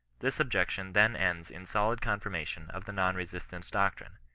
this objection then ends in solid confirmation of the non-resistance doctrine,